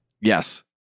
Yes